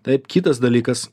taip kitas dalykas